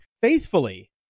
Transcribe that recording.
faithfully